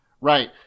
Right